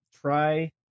try